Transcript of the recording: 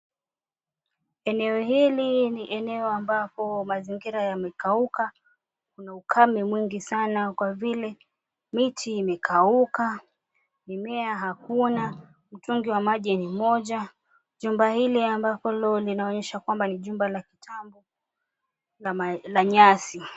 Eneo hili ni eneo ambapo mazingira yamekauka. Kuna ukame mwingi sana kwa vile miti imekauka, mimea hakuna, mtungi wa maji ni mmoja. Jumba hili ambapo linaonyesha kwamba ni jumba la kitambo la nyasi.